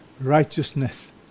righteousness